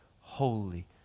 holy